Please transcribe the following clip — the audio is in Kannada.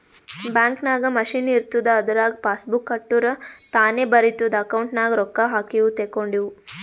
ಬ್ಯಾಂಕ್ ನಾಗ್ ಮಷಿನ್ ಇರ್ತುದ್ ಅದುರಾಗ್ ಪಾಸಬುಕ್ ಇಟ್ಟುರ್ ತಾನೇ ಬರಿತುದ್ ಅಕೌಂಟ್ ನಾಗ್ ರೊಕ್ಕಾ ಹಾಕಿವು ತೇಕೊಂಡಿವು